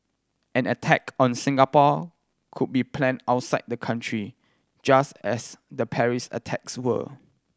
an attack on Singapore could also be planned outside the country just as the Paris attacks were